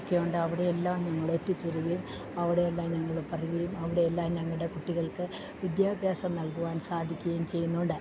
ഒക്കെ ഉണ്ട് അവിടെയെല്ലാം ഞങ്ങളെത്തിച്ചരുകയും അവിടെയെല്ലാം ഞങ്ങള് പറയുകയും അവിടെയെല്ലാം ഞങ്ങളുടെ കുട്ടികൾക്കു വിദ്യാഭ്യാസം നൽകുവാൻ സാധിക്കുകയും ചെയ്യുന്നുണ്ട്